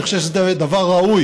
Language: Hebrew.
אני חושב שזה דבר ראוי.